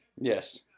Yes